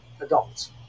adults